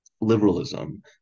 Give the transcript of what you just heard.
liberalism